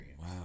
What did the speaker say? wow